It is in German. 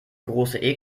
große